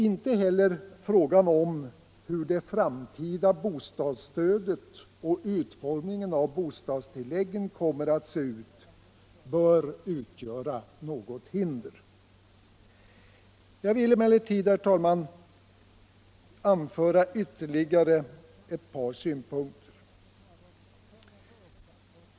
Inte heller frågan om hur det framtida bostadsstödet och utformningen av bostadstilläggen kommer att se ut bör utgöra något hinder. Jag vill emellertid anföra ytterligare några synpunkter.